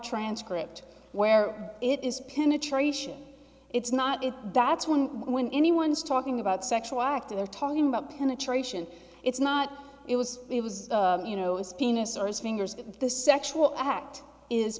transcript where it is penetration it's not it that's one when anyone's talking about sexual act in there talking about penetration it's not it was it was you know his penis or his fingers the sexual act is